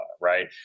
right